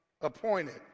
appointed